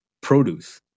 Produce